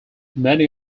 many